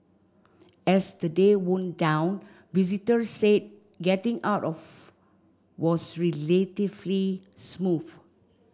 as the day wound down visitors said getting out of was relatively smooth